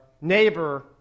neighbor